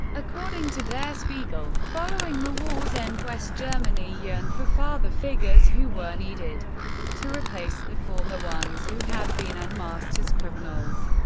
according to der spiegel, following the war's end, west germany yearned for father figures who were needed to replace the former ones who had been unmasked as criminals.